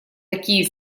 такие